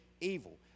evil